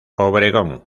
obregón